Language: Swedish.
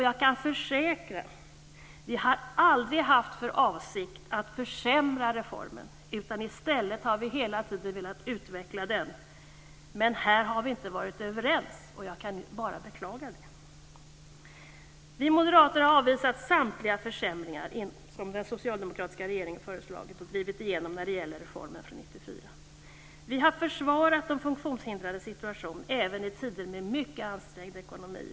Jag kan försäkra att vi aldrig haft för avsikt att försämra den här reformen. I stället har vi hela tiden velat utveckla den, men här har vi inte varit överens. Detta kan jag bara beklaga. Vi moderater har avvisat samtliga förslag till försämringar som den socialdemokratiska regeringen lagt fram och drivit igenom när det gäller reformen från 1994. Vi har försvarat de funktionshindrades situation, även i tider med en mycket ansträngd ekonomi.